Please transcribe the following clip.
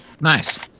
Nice